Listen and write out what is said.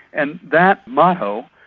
and that motto,